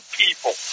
people